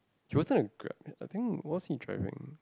he was like Grab I think what was he driving